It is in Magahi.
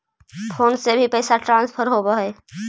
फोन से भी पैसा ट्रांसफर होवहै?